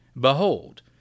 Behold